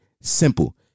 simple